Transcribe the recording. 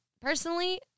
personally